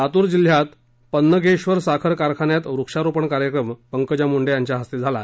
लातूर जिल्ह्यात पन्नगेश्वर साखर कारखान्यात वृक्षारोपण कार्यक्रम पंकजा मुंडे यांच्या हस्ते झाला